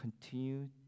continue